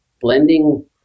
blending